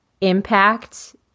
impact